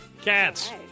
Cats